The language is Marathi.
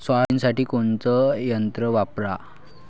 सोयाबीनसाठी कोनचं यंत्र वापरा?